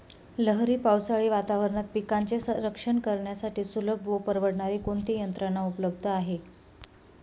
लहरी पावसाळी वातावरणात पिकांचे रक्षण करण्यासाठी सुलभ व परवडणारी कोणती यंत्रणा उपलब्ध आहे?